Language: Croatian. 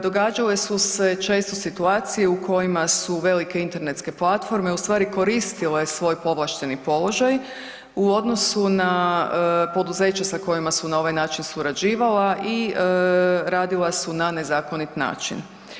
Događale su se često situacije u kojima su velike internetske platforme ustvari koristile svoj povlašteni položaj u odnosu na poduzeća sa kojima su na ovaj način surađivala i radila su na nezakonit način.